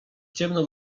ciemno